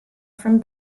from